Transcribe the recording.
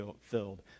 filled